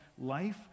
life